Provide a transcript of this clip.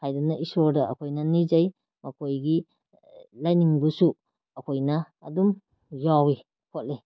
ꯍꯥꯏꯗꯅ ꯏꯁꯣꯔꯗ ꯑꯩꯈꯣꯏꯅ ꯅꯤꯖꯩ ꯃꯈꯣꯏꯒꯤ ꯂꯥꯏꯅꯤꯡꯕꯨꯁꯨ ꯑꯩꯈꯣꯏꯅ ꯑꯗꯨꯝ ꯌꯥꯎꯏ ꯈꯣꯠꯂꯤ